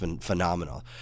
phenomenal